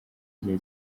igihe